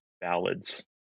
ballads